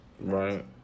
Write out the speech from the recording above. Right